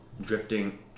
drifting